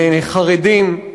לחרדים.